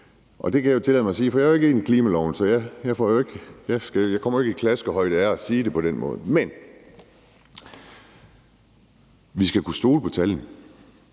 Det kan jeg jo tillade mig sige, for jeg er jo ikke en del af klimaloven, så jeg kommer jo ikke i klaskehøjde af at sige det på den måde, men vi skal kunne stole på tallene.